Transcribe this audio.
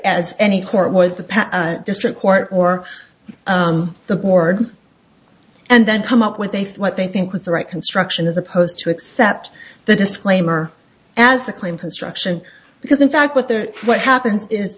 as any court with the past district court or the board and then come up with a thought what they think was the right construction as opposed to accept the disclaimer as the claim construction because in fact what they're what happens is